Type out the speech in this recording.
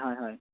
হয় হয়